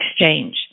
exchange